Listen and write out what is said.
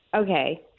Okay